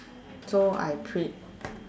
so I print